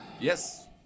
Yes